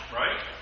right